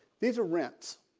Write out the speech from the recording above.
these are rents.